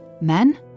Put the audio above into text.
Men